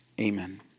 Amen